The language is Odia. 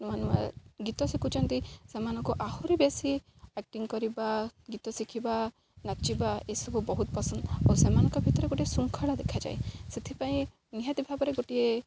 ନୂଆ ନୂଆ ଗୀତ ଶିଖୁଛନ୍ତି ସେମାନଙ୍କୁ ଆହୁରି ବେଶୀ ଆକ୍ଟିଙ୍ଗ କରିବା ଗୀତ ଶିଖିବା ନାଚିବା ଏସବୁ ବହୁତ ପସନ୍ଦ ଆଉ ସେମାନଙ୍କ ଭିତରେ ଗୋଟେ ଶୃଙ୍ଖଳା ଦେଖାଯାଏ ସେଥିପାଇଁ ନିହାତି ଭାବରେ ଗୋଟିଏ